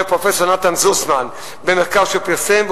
פרופסור נתן זוסמן במחקר שהוא פרסם,